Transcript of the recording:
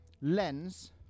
lens